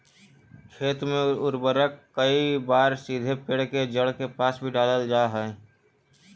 खेत में उर्वरक कईक बार सीधे पेड़ के जड़ के पास भी डालल जा हइ